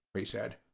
he said.